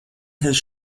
his